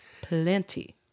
Plenty